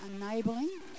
enabling